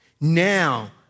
Now